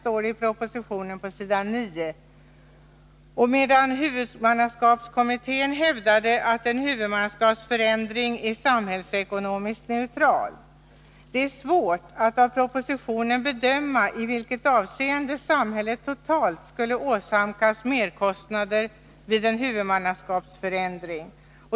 Detta står på s. 9 i propositionen. Huvudmannaskapskommittén däremot hävdade att en huvudmannaskapsförändring är samhällsekonomiskt neutral. Det är svårt att av propositionen bedöma i vilket avseende samhället totalt skulle åsamkas merkostnader vid en huvudmannaskapsförändring.